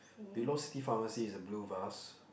below city pharmacy is a blue vase